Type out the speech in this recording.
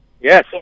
Yes